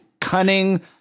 cunning